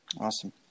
Awesome